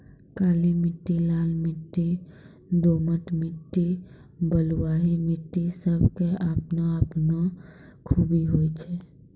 काली मिट्टी, लाल मिट्टी, दोमट मिट्टी, बलुआही मिट्टी सब के आपनो आपनो खूबी होय छै